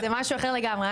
זה משהו אחר לגמרי.